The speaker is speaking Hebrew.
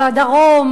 בדרום,